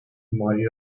بیماری